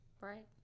Right